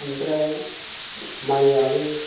ओमफ्राय माइआबो